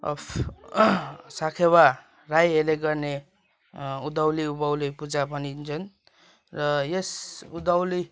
of साकेवा राईहरूले गर्ने उँधौली उँभौली पूजा पनि भनिन्छ र यस उँधौली